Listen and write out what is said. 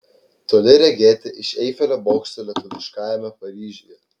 toli regėti iš eifelio bokšto lietuviškajame paryžiuje